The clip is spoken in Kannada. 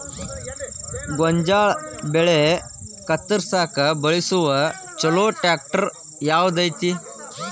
ಗೋಂಜಾಳ ಬೆಳೆ ಕತ್ರಸಾಕ್ ಬಳಸುವ ಛಲೋ ಟ್ರ್ಯಾಕ್ಟರ್ ಯಾವ್ದ್ ಐತಿ?